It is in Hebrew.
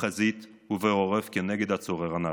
בחזית ובעורף, כנגד הצורר הנאצי,